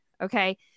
okay